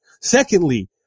Secondly